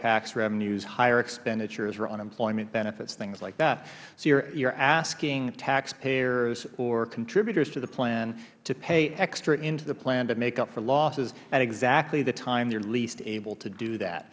tax revenues higher expenditures or unemployment benefits things like that so you are asking taxpayers or contributors to the plan to pay extra into the plan to make up for losses at exactly the time they are least able to